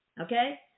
okay